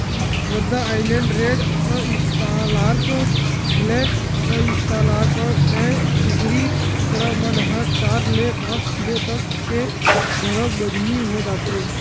रद्दा island red, australorp, black australorp, ए कुकरी कुकरा मन ह चार ले पांच किलो तक के घलोक बजनी हो जाथे